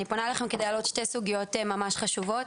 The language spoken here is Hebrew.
אני פונה אליכם כדי להעלות שתי סוגיות ממש חשובות.